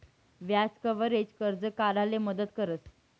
व्याज कव्हरेज, कर्ज काढाले मदत करस